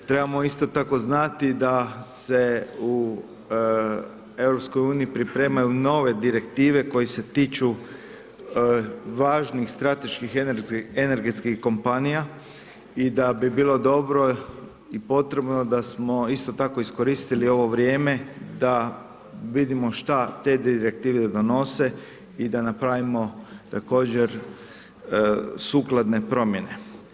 Trebamo isto tako znati da se u EU pripremaju nove direktive koje se tiču važnih strateških i energetskih kompanija i da bi bilo dobro i potrebno da smo isto tako iskoristili ovo vrijeme da vidimo šta te direktive donose i da napravimo također sukladne promjene.